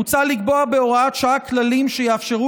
מוצע לקבוע בהוראת שעה כללים שיאפשרו